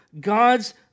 God's